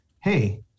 Hey